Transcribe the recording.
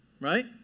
Right